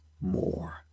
more